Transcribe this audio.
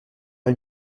une